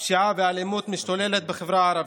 הפשיעה והאלימות משתוללות בחברה הערבית.